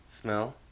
smell